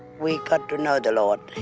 we got to know the lord.